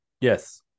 Yes